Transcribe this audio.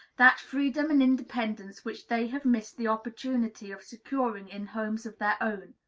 that freedom and independence which they have missed the opportunity of securing in homes of their own.